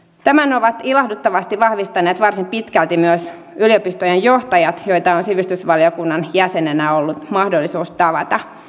tämän ovat ilahduttavasti vahvistaneet varsin pitkälti myös yliopistojen johtajat joita on sivistysvaliokunnan jäsenenä ollut mahdollisuus tavata